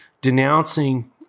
denouncing